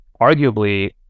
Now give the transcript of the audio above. Arguably